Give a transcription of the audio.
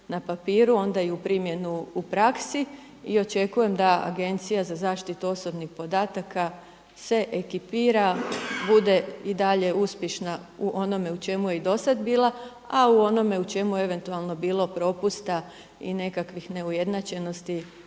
onda i primjenu u praksi. I očekujem da Agencija za zaštitu osobnih podataka se ekipira, bude i dalje uspješna u onome u čemu je i do sada bila, a onome u čemu eventualno bilo propusta i nekakvih neujednačenosti